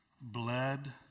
bled